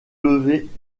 levée